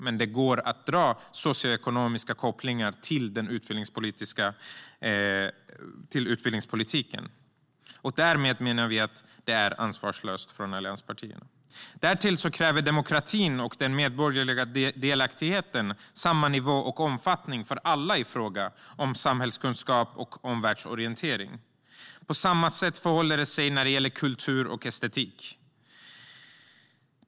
Men det går att göra socioekonomiska kopplingar till utbildningspolitiken. Därmed menar vi att detta är ansvarslöst av allianspartierna. Därtill kräver demokratin och den medborgerliga delaktigheten samma nivå och omfattning för alla i fråga om samhällskunskap och omvärldsorientering. På samma sätt förhåller det sig när det gäller kultur och estetik.